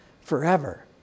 forever